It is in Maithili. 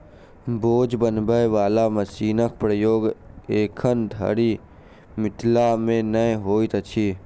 बोझ बनबय बला मशीनक प्रयोग एखन धरि मिथिला मे नै होइत अछि